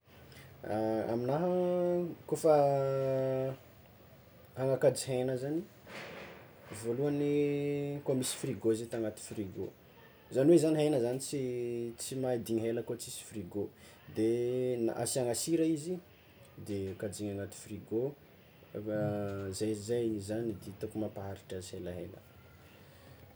Aminaha kôfa agnakajy hegna zagny voalohany koa misy frigo izy atao agnaty frigo, zany hoe zagny hegna zagny tsy tsy mahadigny ela koa tsisy frigo, de na asiagna sira izy de kajiana agnaty frigo, zay zegny hitako mampaharitry azy elaela.